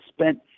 spent